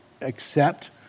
accept